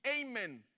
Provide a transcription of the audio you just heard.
amen